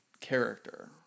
character